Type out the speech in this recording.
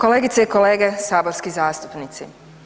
Kolegice i kolege saborski zastupnici.